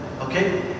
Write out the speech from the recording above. Okay